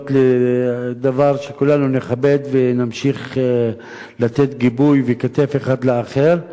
להיות דבר שכולנו נכבד ונמשיך לתת גיבוי וכתף אחד לאחר.